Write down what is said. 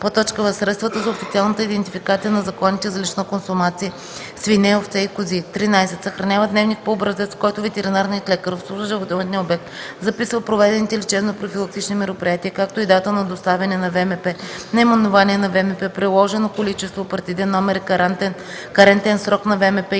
животни; в) средствата за официалната идентификация на закланите за лична консумация свине, овце и кози; 13. съхраняват дневник по образец, в който ветеринарният лекар, обслужващ животновъдния обект, записва проведените лечебно-профилактични мероприятия, както и дата на доставяне на ВМП, наименование на ВМП; приложено количество; партиден номер и карентен срок на ВМП;